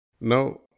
Now